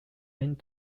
and